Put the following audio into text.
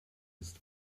ist